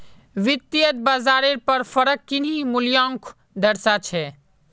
वित्तयेत बाजारेर पर फरक किन्ही मूल्योंक दर्शा छे